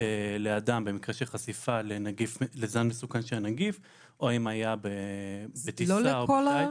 לאדם במקרה של חשיפה לזן מסוכן של הנגיף או אם היה בטיסה או בשייט.